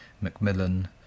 Macmillan